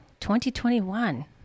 2021